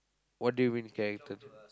what do you mean character